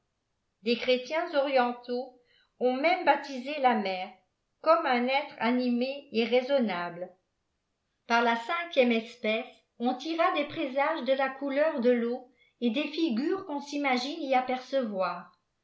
des chrétiens orientaux ont jriê'me baptisé la mer comme un être animé et raisonnable par la cinquième espèce on tira des présages de la couleur de l'eau et des upes on s'imagine y afmrcevoir